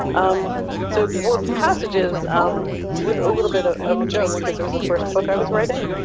um so warped passages um was a little bit of of a joke because it was the first book i was writing.